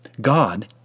God